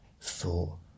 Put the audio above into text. thought